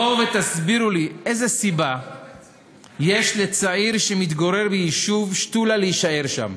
בואו ותסבירו לי איזו סיבה יש לצעיר שמתגורר ביישוב שתולה להישאר שם?